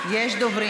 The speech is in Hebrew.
יש דוברים?